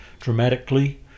dramatically